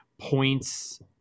points